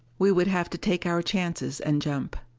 we would have to take our chances and jump.